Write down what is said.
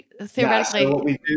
theoretically